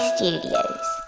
Studios